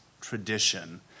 tradition